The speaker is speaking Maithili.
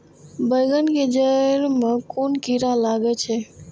बेंगन के जेड़ में कुन कीरा लागे छै?